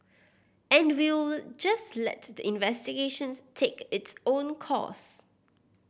and we'll just let the investigations take its own course